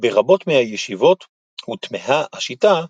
ברבות מהישיבות הוטמעה השיטה,